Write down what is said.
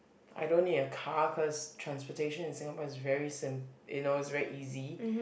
I don't need a car cause transportation in Singapore is very sim~ you know is very easy